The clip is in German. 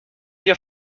dir